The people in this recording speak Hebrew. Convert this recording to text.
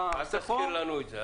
אתה עושה חור --- אל תזכיר לנו את זה.